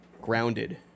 grounded